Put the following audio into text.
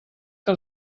que